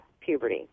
puberty